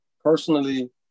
personally